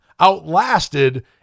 outlasted